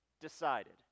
decided